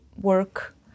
work